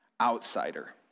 outsider